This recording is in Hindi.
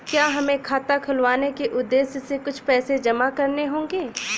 क्या हमें खाता खुलवाने के उद्देश्य से कुछ पैसे जमा करने होंगे?